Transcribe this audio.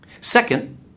Second